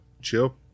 chill